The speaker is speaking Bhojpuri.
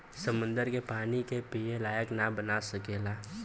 समुन्दर के पानी के पिए लायक ना बना सकेला